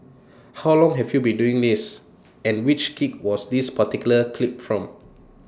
how long have you been doing this and which gig was this particular clip from